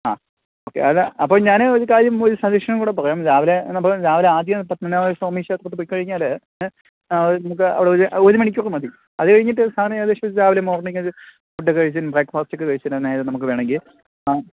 ആ ഓക്കെ അല്ല അപ്പോള് ഞാന് ഒരു കാര്യം ഒരു സജഷനും കൂടെ പറയാം രാവിലെ അപ്പോള് രാവിലെ ആദ്യം പത്മനാഭപുരം സ്വാമി ക്ഷേത്രത്തില് പോയിക്കഴിഞ്ഞാല് നമുക്ക് അവിടെ ഒരു ഒരു മണിക്കൊക്കെ മതി അത് കഴിഞ്ഞിട്ട് സാറിന് ഏകദേശം രാവിലെ മോര്ണിങ്ങൊരു ഫുഡൊക്കെ കഴിച്ചും ബ്രേക്ക്ഫാസ്റ്റ് ഒക്കെ കഴിച്ചിട്ടും അന്നായത് നമുക്ക് വേണമെങ്കില് ആ